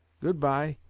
good-bye,